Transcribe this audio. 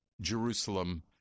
Jerusalem